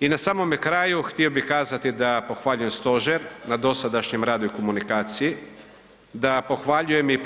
I na samome kraju htio bih kazati da pohvaljujem stožer na dosadašnjem radu i komunikaciji, da pohvaljujem i